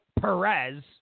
Perez